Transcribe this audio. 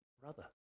Brother